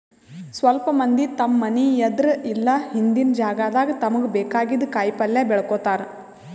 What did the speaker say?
ಸ್ವಲ್ಪ್ ಮಂದಿ ತಮ್ಮ್ ಮನಿ ಎದ್ರ್ ಇಲ್ಲ ಹಿಂದಿನ್ ಜಾಗಾದಾಗ ತಮ್ಗ್ ಬೇಕಾಗಿದ್ದ್ ಕಾಯಿಪಲ್ಯ ಬೆಳ್ಕೋತಾರ್